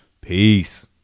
Peace